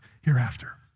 hereafter